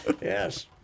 Yes